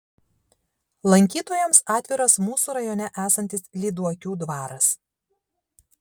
lankytojams atviras mūsų rajone esantis lyduokių dvaras